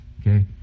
Okay